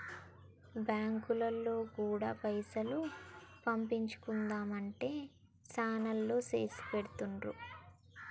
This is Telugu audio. బాంకులోల్లు గూడా పైసలు పంపించుమంటే శనాల్లో చేసిపెడుతుండ్రు